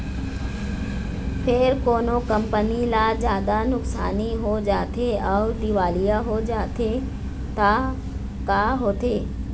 फेर कोनो कंपनी ल जादा नुकसानी हो जाथे अउ दिवालिया हो जाथे त का होथे?